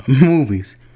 movies